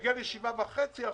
כשנגיע ל-7.5%,